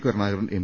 Karunakaran M